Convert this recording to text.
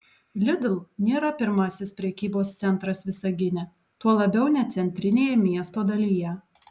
lidl nėra pirmasis prekybos centras visagine tuo labiau ne centrinėje miesto dalyje